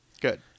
Good